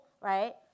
right